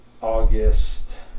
August